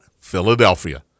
Philadelphia